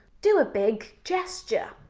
do a big gesture,